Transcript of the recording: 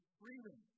freedom